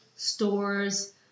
stores